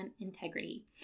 integrity